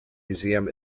museum